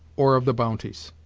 or of the bounties.